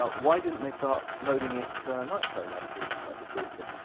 ah why didn't they start loading it to nitro like the like the swedes did?